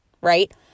right